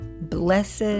Blessed